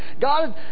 God